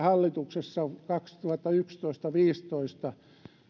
hallituksessa kaksituhattayksitoista viiva kaksituhattaviisitoista